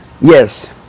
yes